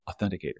Authenticator